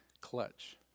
clutch